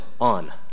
on